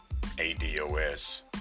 ADOS